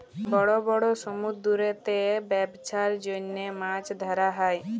বড় বড় সমুদ্দুরেতে ব্যবছার জ্যনহে মাছ ধ্যরা হ্যয়